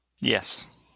Yes